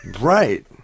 Right